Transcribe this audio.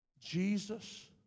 Jesus